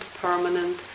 permanent